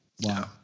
Wow